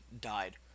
died